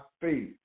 faith